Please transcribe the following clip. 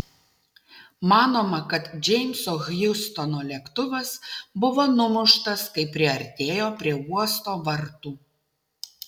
manoma kad džeimso hjustono lėktuvas buvo numuštas kai priartėjo prie uosto vartų